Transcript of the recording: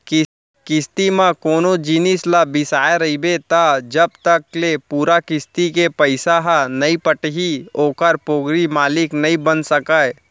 किस्ती म कोनो जिनिस ल बिसाय रहिबे त जब तक ले पूरा किस्ती के पइसा ह नइ पटही ओखर पोगरी मालिक नइ बन सकस